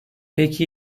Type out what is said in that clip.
peki